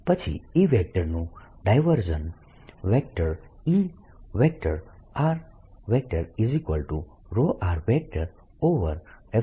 પછી E નું divergence